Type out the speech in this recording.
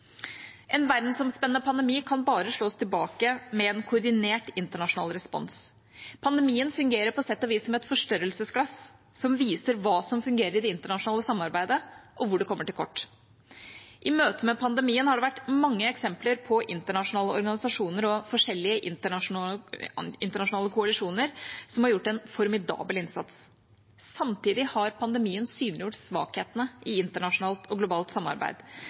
En verdensomspennende pandemi kan bare slås tilbake med en koordinert internasjonal respons. Pandemien fungerer på sett og vis som et forstørrelsesglass som viser hva som fungerer i det internasjonale samarbeidet – og hvor det kommer til kort. I møte med pandemien har det vært mange eksempler på internasjonale organisasjoner og forskjellige internasjonale koalisjoner som har gjort en formidabel innsats. Samtidig har pandemien synliggjort svakhetene i internasjonalt og globalt samarbeid,